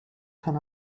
kann